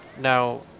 Now